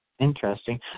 Interesting